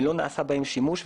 ולא נעשה בהם שימוש.